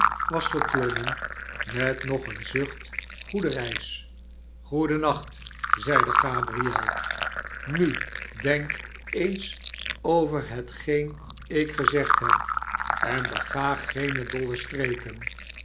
was geklommen met nog een zucht goede reis sgoeden nacht zeide gabriel nu denk eens over hetgeen ik gezegd heb en bega geene doue streken